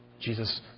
Jesus